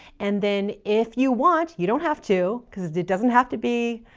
and then if you want, you don't have to, because it doesn't have to be,